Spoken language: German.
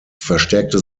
verstärkte